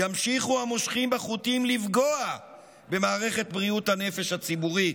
ימשיכו המושכים בחוטים לפגוע במערכת בריאות הנפש הציבורית.